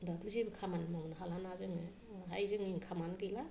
दाथ' जेबो खामानि मोनहाला ना जोङो बेहाय जोंनि इन्कामानो गैला